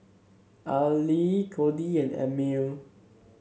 Aili Cody and Emile